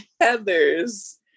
Heather's